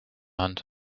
hand